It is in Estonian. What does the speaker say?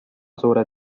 suure